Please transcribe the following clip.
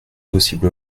possible